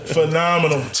Phenomenal